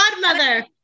Godmother